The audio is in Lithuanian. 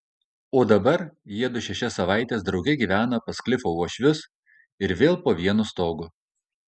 o dabar jiedu šešias savaites drauge gyvena pas klifo uošvius ir vėl po vienu stogu